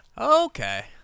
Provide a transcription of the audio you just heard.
Okay